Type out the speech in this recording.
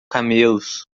camelos